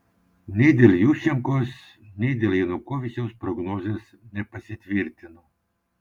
nei dėl juščenkos nei dėl janukovyčiaus prognozės nepasitvirtino